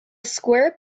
square